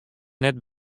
net